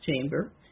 chamber